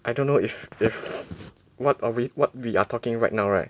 I don't know if if what are we what we are talking right now right